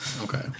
Okay